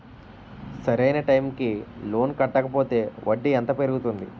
సరి అయినా టైం కి లోన్ కట్టకపోతే వడ్డీ ఎంత పెరుగుతుంది?